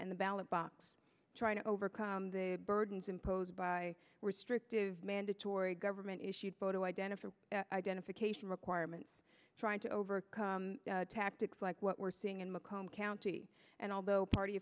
and the ballot box trying to overcome the burdens imposed by restrictive mandatory government issued photo identifier identification requirements trying to overcome tactics like what we're seeing in mccomb county and although party